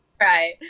Right